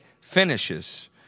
finishes